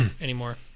anymore